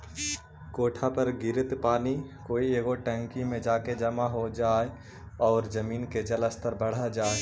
कोठा पर गिरित पानी कोई एगो टंकी में जाके जमा हो जाई आउ जमीन के जल के स्तर बढ़ जाई